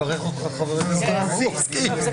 10:00.